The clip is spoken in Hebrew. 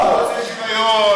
הוא לא רוצה שוויון?